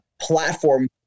platform